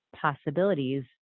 possibilities